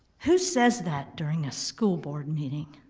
who says that during a school board meeting?